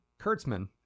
kurtzman